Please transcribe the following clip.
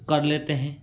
कर लेते हैं